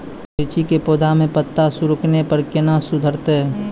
मिर्ची के पौघा मे पत्ता सिकुड़ने पर कैना सुधरतै?